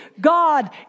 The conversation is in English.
God